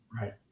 Right